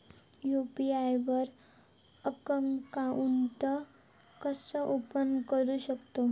UPI वर account कसा open करू शकतव?